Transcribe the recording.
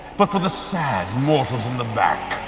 but for the sad mortals in the back,